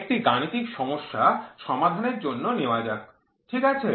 একটি গাণিতিক সমস্যা সমাধানের জন্য নেওয়া যায় ঠিক আছে